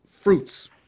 fruits